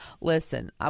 Listen